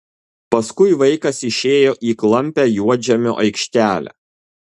paskui vaikas išėjo į klampią juodžemio aikštelę